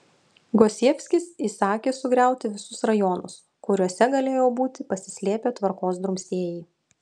gosievskis įsakė sugriauti visus rajonus kuriuose galėjo būti pasislėpę tvarkos drumstėjai